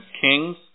kings